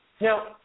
Now